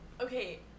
Okay